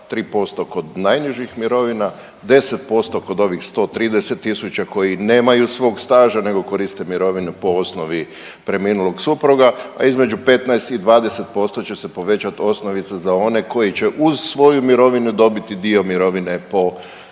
3% kod najnižih mirovina, 10% kod ovih 130 tisuća koji nemaju svog staža nego koriste mirovinu po osnovi preminulog supruga, a između 15 i 20% će se povećat osnovica za one koji će uz svoju mirovinu dobiti i dio mirovine po